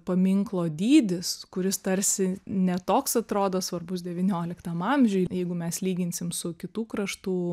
paminklo dydis kuris tarsi ne toks atrodo svarbus devynioliktam amžiuj jeigu mes lyginsim su kitų kraštų